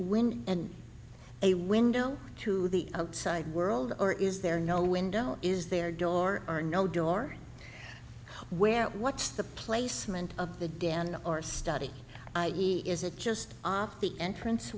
window and a window to the outside world or is there no window is there door or no door where what's the placement of the den or study is it just off the entrance